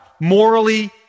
morally